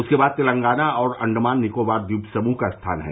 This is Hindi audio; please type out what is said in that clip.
उसके बाद तेलंगाना और अंडमान निकोबार द्वीप समूह का स्थान है